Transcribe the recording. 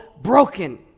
broken